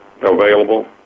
available